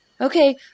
Okay